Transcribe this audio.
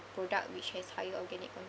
product which has higher organic